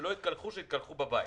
שיתקלחו בבית,